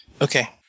Okay